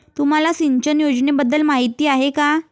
तुम्हाला सिंचन योजनेबद्दल माहिती आहे का?